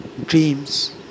Dreams